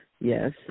yes